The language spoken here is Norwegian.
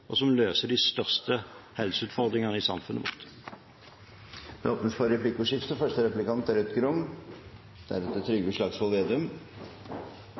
og som løser de største helseutfordringene i samfunnet vårt. Det blir replikkordskifte.